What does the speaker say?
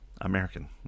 American